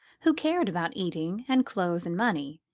who cared about eating and clothes and money,